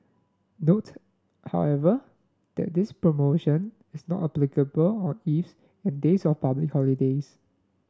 note however that this promotion is not applicable on eves and days of public holidays